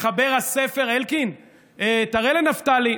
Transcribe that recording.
מחבר הספר, אלקין, תראה לנפתלי.